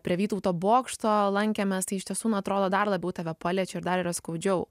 prie vytauto bokšto lankėmės tai iš tiesų na atrodo dar labiau tave paliečiau ir dar yra skaudžiau